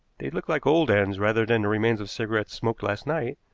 they looked like old ends rather than the remains of cigarettes smoked last night.